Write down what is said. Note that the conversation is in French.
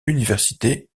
université